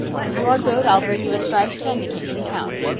if you are good i'll bring you a striped candy cane from town.